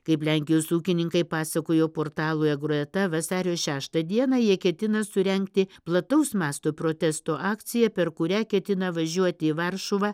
kaip lenkijos ūkininkai pasakojo portalui agroeta vasario šeštą dieną jie ketina surengti plataus masto protesto akciją per kurią ketina važiuoti į varšuvą